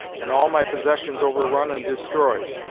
and all my possessions overrun and destroyed.